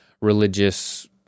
religious